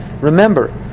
Remember